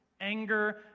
anger